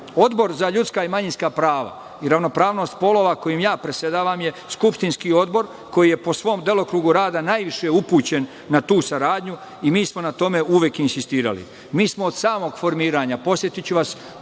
važno. Odbor za ljudska i manjinska prava i ravnopravnost polova, kojim ja predsedavam, je skupštinski odbor koji je po svom delokrugu rada najviše upućen na tu saradnju i mi smo na tome uvek insistirali. Mi smo od samog formiranja, podsetiću vas,